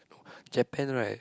Japan right